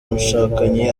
bashakanye